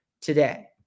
today